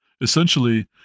Essentially